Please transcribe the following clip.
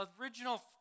Original